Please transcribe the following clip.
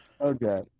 Okay